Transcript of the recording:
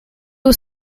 was